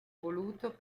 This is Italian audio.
voluto